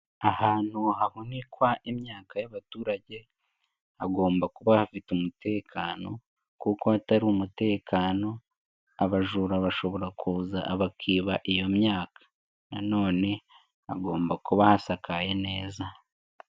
Ahantu hahunikwa imyaka y'abaturage, hagomba kuba hafite umutekano kuko hatari umutekano, abajura bashobora kuza bakiba iyo myaka, nanone, hagomba kuba hasakaye neza.